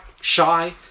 shy